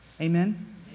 Amen